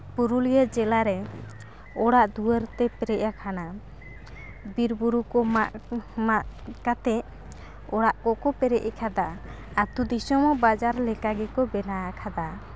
ᱯᱩᱨᱩᱞᱤᱭᱟᱹ ᱡᱮᱞᱟ ᱨᱮ ᱚᱲᱟᱜ ᱫᱩᱣᱟᱹᱨ ᱛᱮ ᱯᱮᱨᱮᱡ ᱟᱠᱟᱱᱟ ᱵᱤᱨ ᱵᱩᱨᱩ ᱠᱚ ᱢᱟᱜ ᱢᱟᱜ ᱠᱟᱛᱮ ᱚᱲᱟᱜ ᱠᱚᱠᱚ ᱯᱮᱨᱮᱡ ᱟᱠᱟᱫᱟ ᱟᱹᱛᱩ ᱫᱤᱥᱚᱢ ᱦᱚᱸ ᱵᱟᱡᱟᱨ ᱞᱮᱠᱟ ᱜᱮᱠᱚ ᱵᱮᱱᱟᱣᱟᱠᱟᱫᱟ